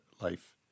life